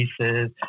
pieces